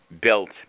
built